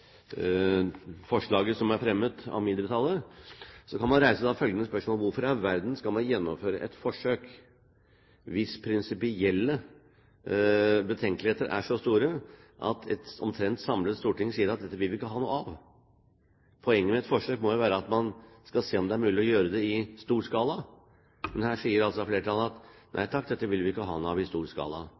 forslaget som er fremmet av mindretallet. Så kan man reise følgende spørsmål: Hvorfor i all verden skal man gjennomføre et forsøk hvis prinsipielle betenkeligheter er så store at et omtrent samlet storting sier: Dette vil vi ikke ha noe av? Poenget med et forsøk må jo være at man skal se om det er mulig å gjøre det i stor skala. Men her sier altså flertallet: Nei takk, dette vil vi ikke ha noe av i stor skala.